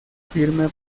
firme